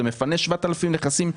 זה מפנה כ-7,000 נכסים,